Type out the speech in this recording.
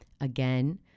again